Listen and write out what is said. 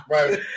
Right